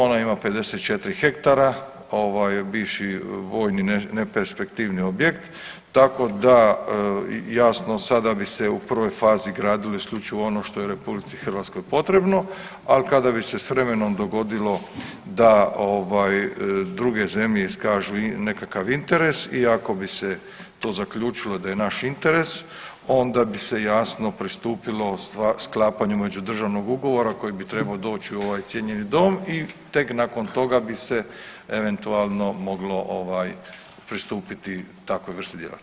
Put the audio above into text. Ona ima 54 hektara ovaj bivši vojni neperspektivni objekt tako da jasno sada bi se u prvoj fazi gradilo isključivo ono što je RH potrebno, ali kada bi se s vremenom dogodilo da ovaj druge zemlje iskažu nekakav interes i ako bi se to zaključilo da je naš interes onda bi se jasno pristupilo sklapanju međudržavnog ugovora koji bi trebao doći u ovaj cijenjeni dom i tek nakon toga bi se eventualno moglo ovaj pristupiti takvoj vrsti djelatnosti.